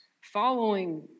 Following